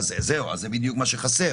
אז זה בדיוק מה שחסר.